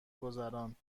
گذراند